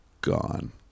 gone